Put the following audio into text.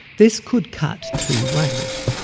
this could cut two ways.